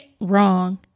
wrong